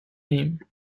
name